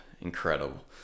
Incredible